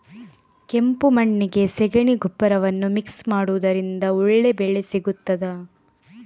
ಕೆಂಪು ಮಣ್ಣಿಗೆ ಸಗಣಿ ಗೊಬ್ಬರವನ್ನು ಮಿಕ್ಸ್ ಮಾಡುವುದರಿಂದ ಒಳ್ಳೆ ಬೆಳೆ ಸಿಗುತ್ತದಾ?